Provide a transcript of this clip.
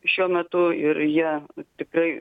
šiuo metu ir jie tikrai